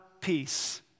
peace